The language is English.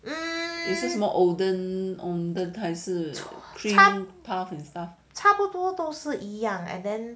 err 差不多都是 and then